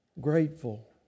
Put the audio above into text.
grateful